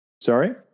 Sorry